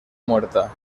muerta